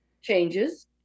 changes